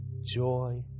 joy